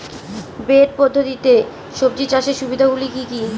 Bed পদ্ধতিতে সবজি চাষের সুবিধাগুলি কি কি?